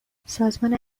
سازمان